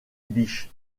bitche